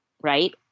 Right